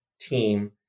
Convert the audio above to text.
team